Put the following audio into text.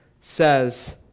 says